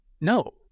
No